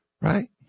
right